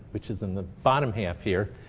which is in the bottom half here,